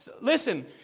listen